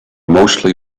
mostly